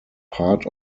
part